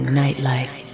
nightlife